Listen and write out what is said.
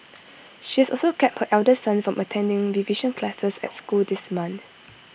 she has also kept her elder son from attending revision classes at school this month